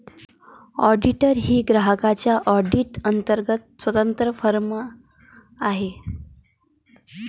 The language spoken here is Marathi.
ऑडिटर ही ग्राहकांच्या ऑडिट अंतर्गत स्वतंत्र फर्म आहे